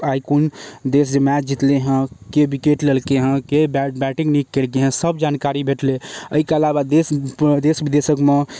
आइ कोन देश मैच जीतलै हँ के विकेट लेलकै हँ के बैटिंग नीक कयलकै हँ सब जानकारी भेटलै अइके अलावा देश देश विदेशकमे